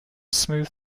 smooth